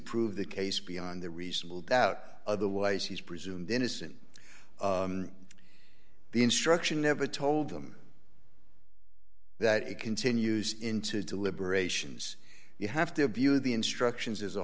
prove the case beyond the reasonable doubt otherwise he's presumed innocent the instruction never told them that it continues into deliberations you have to view the instructions as a